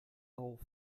auf